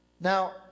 Now